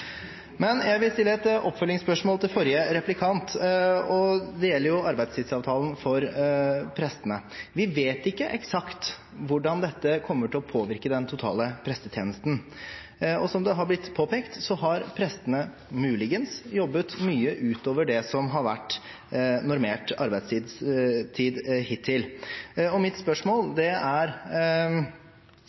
Jeg vil følge opp spørsmålet fra forrige replikant, og det gjelder arbeidstidsavtalen for prestene. Vi vet ikke hvordan dette eksakt kommer til å påvirke den totale prestetjenesten. Som det har blitt påpekt, har prestene muligens jobbet mye utover det som har vært normert arbeidstid hittil. Mitt spørsmål er: Mener statsråden at det er